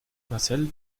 marcel